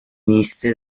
miste